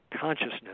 consciousness